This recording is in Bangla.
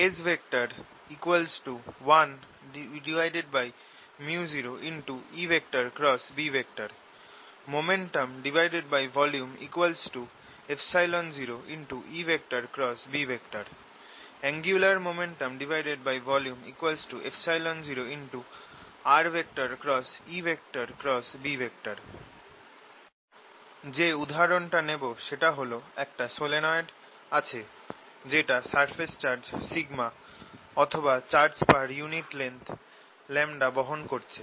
S 1µ0EB MomentumVolume 0EB Angular MomentumVolume 0rEB যে উদাহরণটা নেব সেটা হল একটা সলিনয়েড আছে যেটা সারফেস চার্জ σ অথবা চার্জ পার ইউনিট লেংথ λ বহন করছে